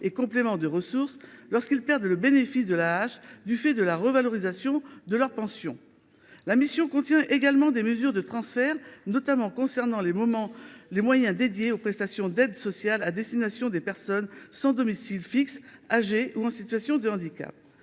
et complément de ressources –, lorsqu’ils perdent le bénéfice de l’AAH du fait de la revalorisation de leur pension. La mission contient également des mesures de transfert, notamment concernant les moyens dédiés aux prestations d’aide sociale à destination des personnes sans domicile fixe âgées ou en situation de handicap.